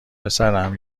پسرم